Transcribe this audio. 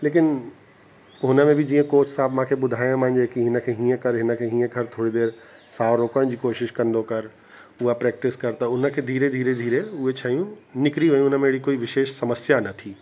लेकिन हुन में बि जीअं कोच साहिबु मूंखे ॿुधाए मुंहिंजे कि ईअं हिन खे हीअं कर हिन खे हीअं कर थोरी देरि साहु रोकण जी कोशिश कंदो कर उहो प्रैक्टिस कर त उन खे धीरे धीरे धीरे उहे शयूं निकिरी वियूं उन में अहिड़ी कोई विशेष समस्या न थी